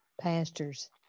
pastors